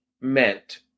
meant